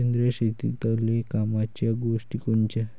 सेंद्रिय शेतीतले कामाच्या गोष्टी कोनच्या?